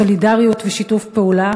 סולידריות ושיתוף פעולה,